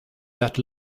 that